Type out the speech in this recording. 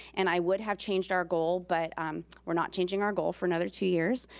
and i would have changed our goal, but we're not changing our goal for another two years.